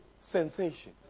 sensation